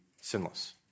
sinless